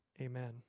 amen